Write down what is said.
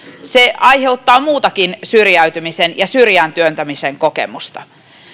se aiheuttaa muutakin syrjäytymisen ja syrjään työntämisen kokemusta